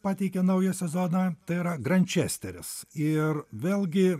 pateikė naują sezoną tai yra grančesteris ir vėlgi